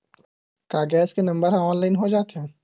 का गैस के नंबर ह ऑनलाइन हो जाथे?